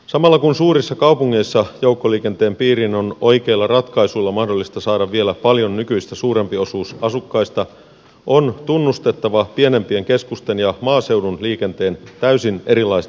samalla kun suurissa kaupungeissa joukkoliikenteen piiriin on oikeilla ratkaisuilla mahdollista saada vielä paljon nykyistä suurempi osuus asukkaista on tunnustettava pienempien keskusten ja maaseudun liikenteen täysin erilaiset realiteetit